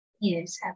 Yes